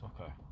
Okay